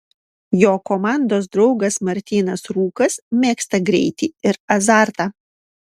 jo komandos draugas martynas rūkas mėgsta greitį ir azartą